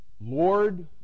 Lord